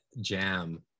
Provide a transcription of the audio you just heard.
jam